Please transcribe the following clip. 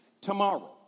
Tomorrow